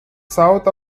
south